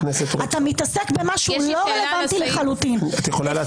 אתה מתעסק במשהו לא רלוונטי לחלוטין -- את יכולה לעצור,